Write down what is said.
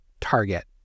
target